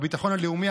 הביטחון הלאומי,